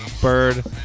bird